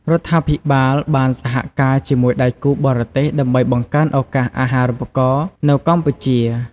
រដ្ឋាភិបាលបានសហការជាមួយដៃគូបរទេស ដើម្បីបង្កើនឱកាសអាហារូបករណ៍នៅកម្ពុជា។